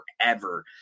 forever